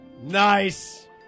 Nice